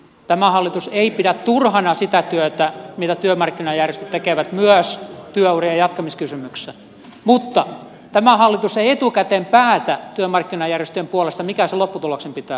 tämä hallitus ei pidä turhana sitä työtä mitä työmarkkinajärjestöt tekevät myös työurien jatkamiskysymyksessä mutta tämä hallitus ei etukäteen päätä työmarkkinajärjestöjen puolesta mikä sen lopputuloksen pitää olla